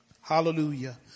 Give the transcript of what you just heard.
Hallelujah